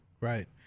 Right